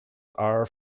are